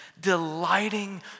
Delighting